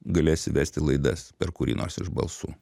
galėsi vesti laidas per kurį nors iš balsų